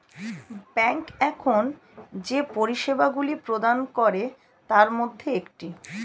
bank এখন যে পরিষেবাগুলি প্রদান করে তার মধ্যে একটি